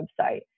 website